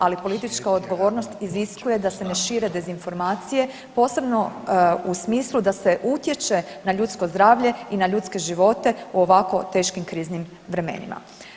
Ali politička odgovornost iziskuje da se ne šire dezinformacije posebno u smislu da se utječe na ljudsko zdravlje i na ljudske živote u ovako teškim kriznim vremenima.